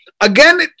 again